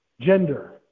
Gender